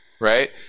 Right